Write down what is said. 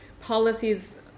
policies